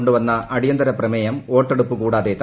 കൊണ്ടുവന്ന അടിയന്തിര പ്രമേയം വോട്ടെടുപ്പ് കൂടാതെ തള്ളി